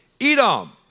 Edom